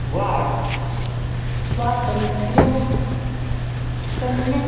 वाक् स्वान्त्र्यं सम्यक्